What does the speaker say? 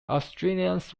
australians